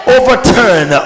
overturn